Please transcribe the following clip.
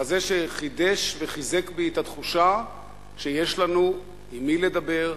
מחזה שחידש וחיזק בי את התחושה שיש לנו עם מי לדבר,